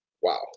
Wow